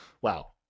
Wow